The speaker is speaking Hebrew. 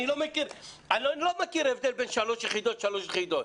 אני לא מכיר הבדל בין שלוש יחידות לשלוש יחידות.